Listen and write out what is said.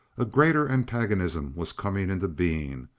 a greater antagonism was coming into being,